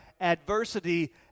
adversity